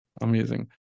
Amazing